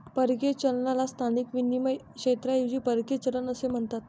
परकीय चलनाला स्थानिक विनिमय क्षेत्राऐवजी परकीय चलन असे म्हणतात